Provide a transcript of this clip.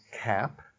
cap